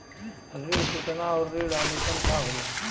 ऋण सूचना और ऋण आवेदन का होला?